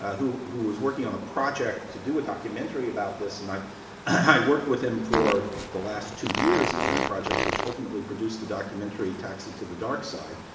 ah who who was working on a project to do a documentary about this. and i i worked with him for the last two years on that project, which ultimately produced the documentary taxi to the dark side.